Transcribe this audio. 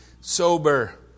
sober